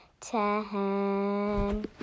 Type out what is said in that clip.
ten